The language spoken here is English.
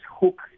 hook